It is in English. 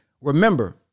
Remember